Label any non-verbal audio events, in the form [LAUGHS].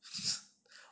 [LAUGHS]